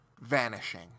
vanishing